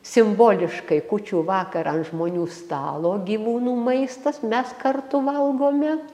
simboliškai kūčių vakarą ant žmonių stalo gyvūnų maistas mes kartu valgome